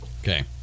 Okay